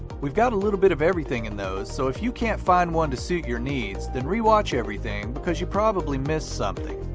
we've got a little bit of everything in those, so if you can't find one to suit your needs, then re-watch everything cause you probably missed something.